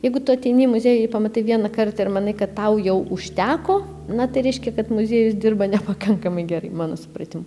jeigu tu ateini į muziejų jį pamatai vieną kartą ir manai kad tau jau užteko na tai reiškia kad muziejus dirba nepakankamai gerai mano supratimu